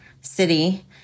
city